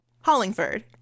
Hollingford